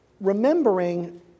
remembering